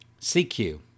CQ